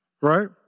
right